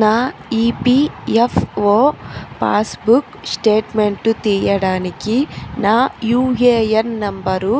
నా EPFO passbook statement తీయడానికి నా యూఏఎన్ నంబరు